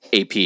AP